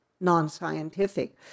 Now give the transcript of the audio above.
non-scientific